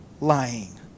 Lying